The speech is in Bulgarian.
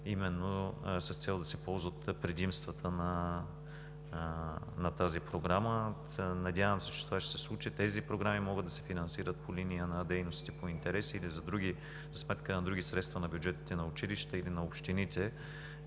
именно с цел да се ползват предимствата на тази програма. Надявам се, че това ще се случи. Тези програми могат да се финансират по линия на дейности по интереси или за сметка на други средства от бюджетите на училища или на общините.